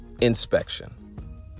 inspection